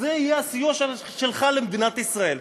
זה יהיה הסיוע שלך למדינת ישראל.